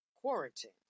Quarantine